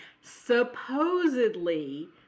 Supposedly